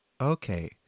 Okay